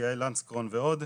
יעל לנצקרון ועוד.